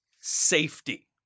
safety